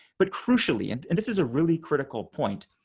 but crucially, and and this is a really critical point.